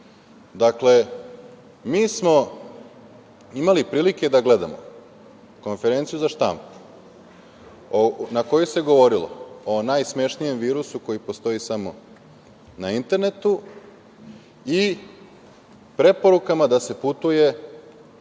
mi smo imali prilike da gledamo konferenciju za štampu na kojoj se govorilo o najsmešnijem virusu koji postoji samo na internetu i preporukama da se putuje